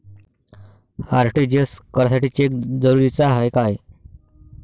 RTGS करासाठी cheque जरुरीचा हाय काय?